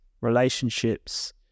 relationships